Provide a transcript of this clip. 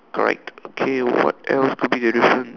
correct okay what else could be the different